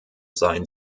sein